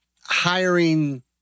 hiring